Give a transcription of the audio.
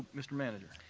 mr. manager.